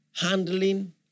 Handling